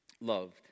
loved